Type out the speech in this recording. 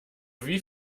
wie